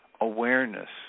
awareness